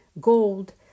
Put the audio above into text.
gold